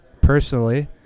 personally